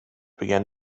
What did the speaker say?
began